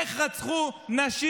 איך רצחו נשים